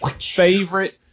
favorite